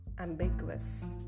ambiguous